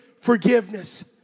forgiveness